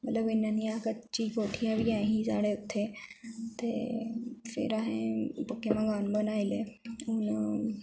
मतलब इन्ना निं ऐ हा कच्ची कोठियां बी ऐ ही साढ़े उत्थै ते फिर अहे पक्के मकान बनाई ले हून